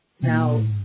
now